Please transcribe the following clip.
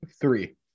Three